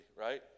right